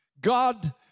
God